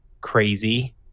crazy